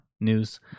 news